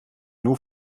nur